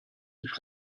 sich